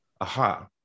aha